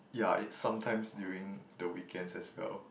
yeah it's sometimes during the weekends as well